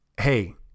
hey